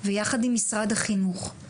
ויחד עם משרד החינוך.